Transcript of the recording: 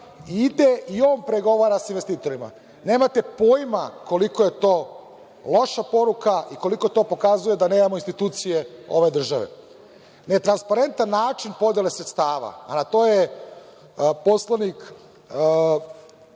ide, i on pregovara sa investitorima. Nemate pojma koliko je to loša poruka i koliko to pokazuje da nemamo institucije ove države. Netransparentan način podele sredstava, a na to je poslanik